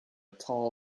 tall